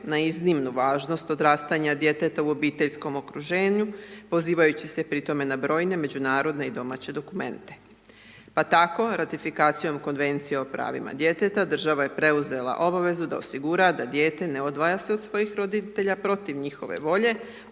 na iznimnu važnost odrastanja djeteta u obiteljskom okruženju, pozivajući se pri tome na brojne međunarodne i domaće dokumente. Pa tako, ratifikacijom Konvencije o pravima djeteta, država je preuzela obavezu da osigura da dijete ne odvaja se od svojih roditelja protiv njihove volje,